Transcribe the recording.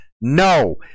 no